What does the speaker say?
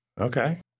Okay